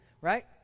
right